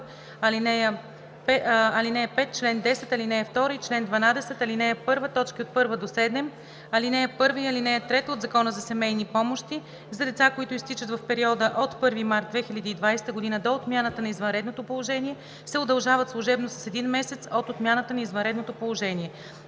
ал. 5, чл. 10, ал. 2 и чл. 12, ал. 1, т. 1 – 7, ал. 2 и ал. 3 от Закона за семейни помощи за деца, които изтичат в периода от 1 март 2020 г. до отмяната на извънредното положение, се удължават служебно с един месец от отмяната на извънредното положение.